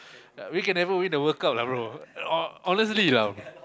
we can never win the World Cup lah bro ho~ honestly lah